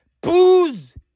booze